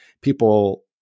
people